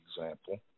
example